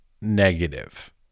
negative